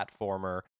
platformer